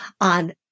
on